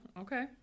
okay